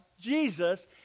Jesus